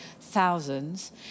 thousands